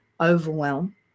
overwhelm